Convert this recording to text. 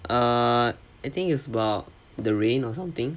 err I think it's about the rain or something